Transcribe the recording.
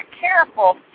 careful